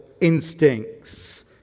instincts